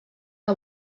que